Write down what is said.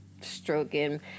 stroking